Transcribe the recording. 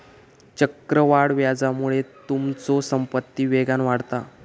चक्रवाढ व्याजामुळे तुमचो संपत्ती वेगान वाढता